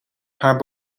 haar